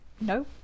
no